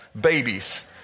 babies